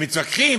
הם מתווכחים,